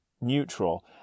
neutral